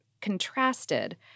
contrasted